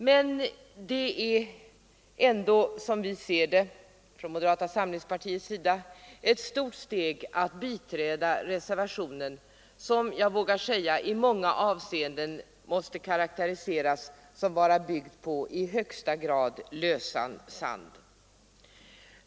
Men det är ändå, som vi ser det från moderata samlingspartiets sida, ett stort steg därifrån till att biträda reservationen, som i många avseenden måste karakteriseras såsom byggd på lösan sand.